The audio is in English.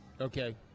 Okay